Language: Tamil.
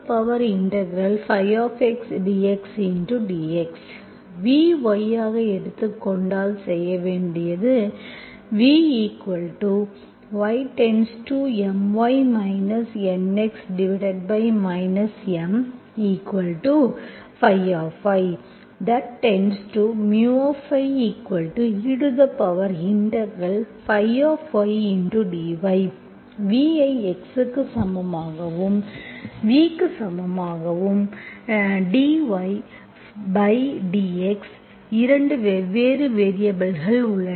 V y ஆக எடுத்துக் கொண்டால் செய்ய வேண்டியது vy→My Nx M ϕ→μeϕdy v ஐ x க்கு சமமாகவும் v க்கு சமமாகவும் dy பை dx 2 வெவ்வேறு வேரியபல்கள் உள்ளன